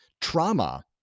trauma